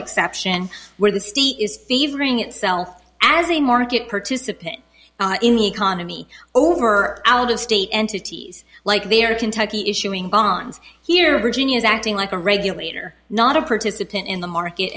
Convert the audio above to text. exception where the state is favoring itself as a market participant in the economy over out of state entities like their kentucky issuing bonds here or genius acting like a regulator not a participant in the market